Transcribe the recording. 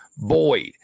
Boyd